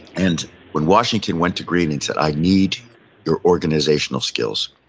and when washington went to greene and said, i need your organizational skills.